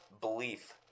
belief